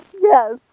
yes